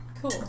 Cool